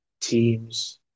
teams